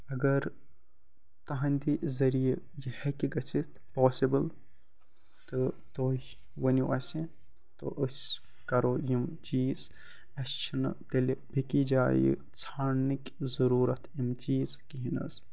اگر تُہنٛدِ ذٔریعہٕ یہِ ہیٚکہِ گٔژھِتھ پاسِبُل تہٕ تُہۍ ؤنو اَسہِ تہٕ أسۍ کَرَو یِم چیٖز اَسہِ چھنہٕ تیٚلہِ بیٚکِس جایہِ ژھانٛڑنٕکۍ ضرورت یِم چیٖز کِہیٖنۍ حظ